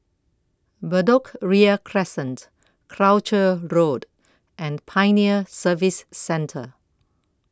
Bedok Ria Crescent Croucher Road and Pioneer Service Centre